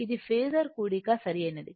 ఇది ఫేసర్ కూడక సరైనది